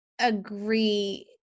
agree